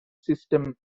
system